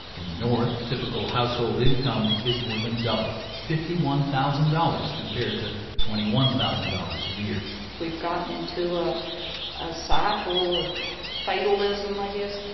in the north, typical household income is more than double, fifty one thousand dollars compared to twenty one thousand dollars a year we've gotten ourselves into ah a cycle of fatalism, i guess.